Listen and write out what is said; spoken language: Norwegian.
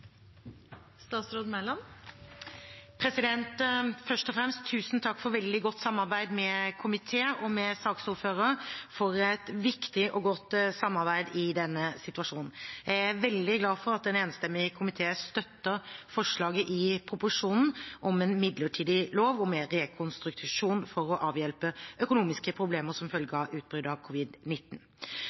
for veldig godt samarbeid med komiteen og med saksordføreren – et viktig og godt samarbeid i denne situasjonen. Jeg er veldig glad for at en enstemmig komité støtter forslaget i proposisjonen om en midlertidig lov om rekonstruksjon for å avhjelpe økonomiske problemer som følge av